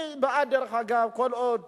אני בעד, דרך אגב, כל עוד